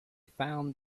found